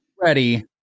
ready